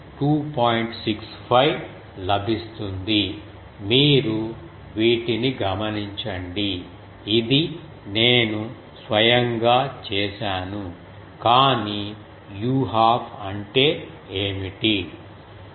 65 లభిస్తుంది మీరు వీటిని గమనించండి ఇది నేను స్వయంగా చేశాను కాని u 1 2 అంటే ఏమిటి